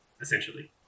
essentially